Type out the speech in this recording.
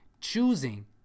choosing